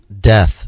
Death